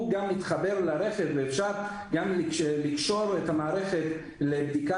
שמתחברת לרכב ואפשר גם לקשור את המערכת לבדיקה